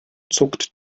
zuckt